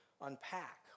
unpack